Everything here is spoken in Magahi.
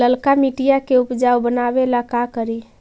लालका मिट्टियां के उपजाऊ बनावे ला का करी?